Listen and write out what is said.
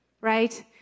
Right